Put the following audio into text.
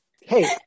Hey